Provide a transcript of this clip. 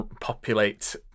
populate